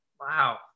Wow